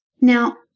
Now